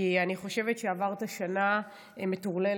כי אני חושבת שעברת שנה מטורללת